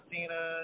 Cena